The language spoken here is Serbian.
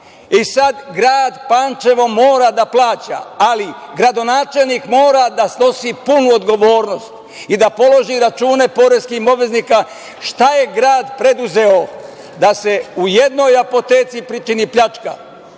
Sad grad Pančevo mora da plaća, ali gradonačelnik mora da snosi punu odgovornost i da položi račune poreskim obveznicima šta je grad preduzeo da se u jednoj apoteci pričini pljačka,